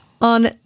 on